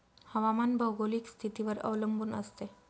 हवामान भौगोलिक स्थितीवर अवलंबून असते